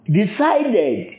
decided